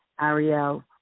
Ariel